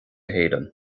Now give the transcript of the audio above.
héireann